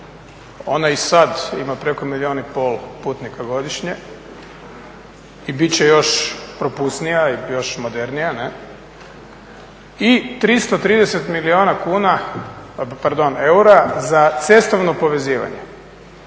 ona i sada ima preko milijun i pol putnika godišnje i bit će još propusnija i modernija i 330 milijuna eura za cestovno povezivanje,